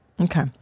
okay